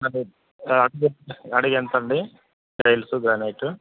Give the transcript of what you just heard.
అది అడుగెంత అడుగెంతండీ టైల్సు గ్రానైటు